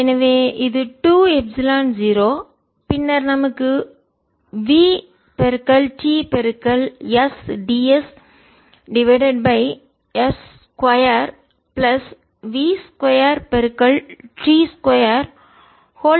எனவே 2 எப்சிலன் 0 பின்னர் நமக்கு v t s ds divided by s 2 plus v 2t 2 32